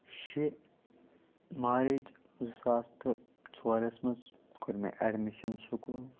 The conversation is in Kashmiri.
شےٚ مارٕچ زٕ ساس تہٕ ژورَس منٛز کوٚر مےٚ ایٮڈمِشَن سکوٗل